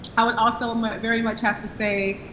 i and ah so um ah very much have to say,